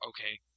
Okay